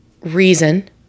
reason